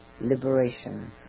liberation